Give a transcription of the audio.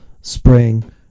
spring